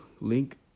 link